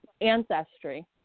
Ancestry